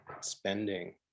spending